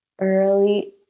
early